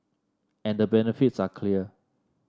and the benefits are clear